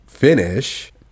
Finish